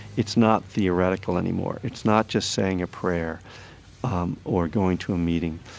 it's not theoretical anymore. it's not just saying a prayer um or going to a meeting.